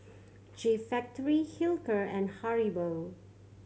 G Factory Hilker and Haribo